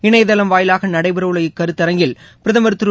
இணையதளம் வாயிலாக நடைபெறவுள்ள இக்கருத்தரங்கில் பிரதமர் திரு